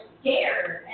scared